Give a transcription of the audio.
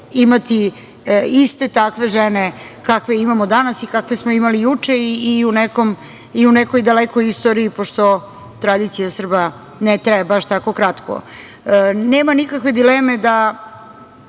imati iste takve žene kakve imamo danas i kakve smo imali juče i u nekoj dalekoj istoriji, pošto tradicija Srba ne traje baš tako kratko. Nema nikakve dileme da